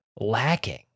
lacking